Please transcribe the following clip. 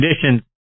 conditions